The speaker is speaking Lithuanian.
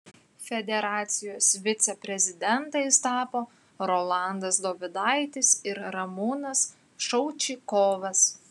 federacijos viceprezidentais tapo rolandas dovidaitis ir ramūnas šaučikovas